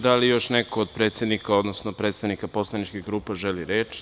Da li još neko od predsednika, odnosno predstavnika poslaničkih grupa želi reč?